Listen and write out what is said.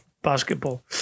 basketball